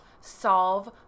solve